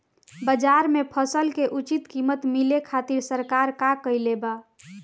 बाजार में फसल के उचित कीमत मिले खातिर सरकार का कईले बाऽ?